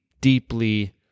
deeply